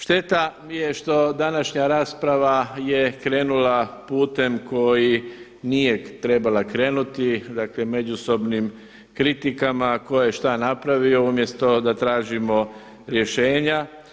Šteta je što današnja rasprava je krenula putem koji nije trebala krenuti, dakle međusobnim kritikama tko je šta napravio, umjesto da tražimo rješenja.